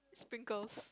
bingos